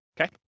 okay